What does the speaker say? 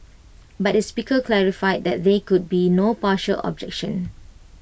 but the speaker clarified that there could be no partial objection